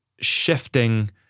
shifting